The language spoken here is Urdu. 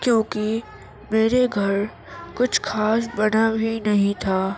کیونکہ میرے گھر کچھ خاص بنا بھی نہیں تھا